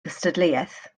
gystadleuaeth